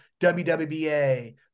WWBA